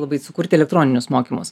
labai sukurti elektroninius mokymus